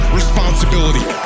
responsibility